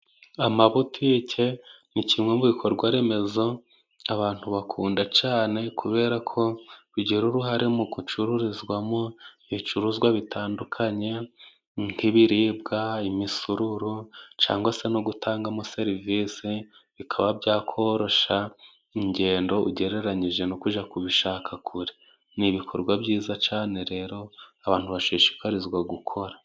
Amabutike ni kimwe mu bikorwa remezo abantu bakunda cane， kubera ko bigira uruhare mu gucururizwamo ibicuruzwa bitandukanye， nk'ibiribwa，imisururu，cangwa se no gutangamo serivisi，bikaba byakorosha ingendo ugereranyije no kujya kubishaka kure， ni ibikorwa byiza cane rero abantu bashishikarizwa gukora.